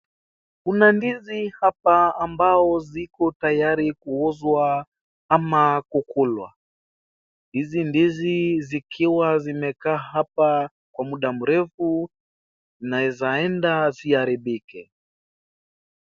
Kuna ndizi hapa ambao ziko tayari kuuzwa ama kukulwa, hizi ndizi zikiwa zimekaa hapa kwa muda mrefu zinaweza enda ziharibike.